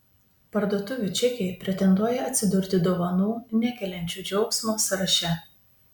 parduotuvių čekiai pretenduoja atsidurti dovanų nekeliančių džiaugsmo sąraše